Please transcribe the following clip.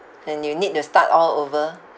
and you need to start all over